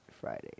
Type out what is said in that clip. Friday